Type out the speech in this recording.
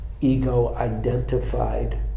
ego-identified